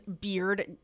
beard